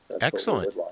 Excellent